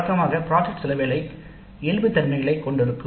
வழக்கமாக திட்டப்பணிகள் சிலவேளை இயல்புத்தன்மைகளைக் கொண்டிருக்கும்